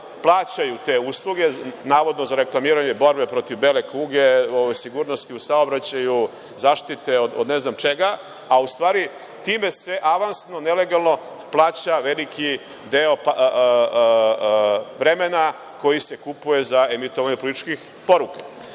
plaćaju te usluge, navodno za reklamiranje borbe protiv bele kuge, sigurnosti u Saobraćaju, zaštite od ne znam čega, a u stvari time se avansno, nelegalno plaća veliki deo vremena koji se kupuje za emitovanje političkih poruka. Koja